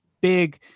big